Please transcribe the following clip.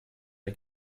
der